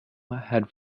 had